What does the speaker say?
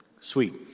Sweet